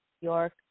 York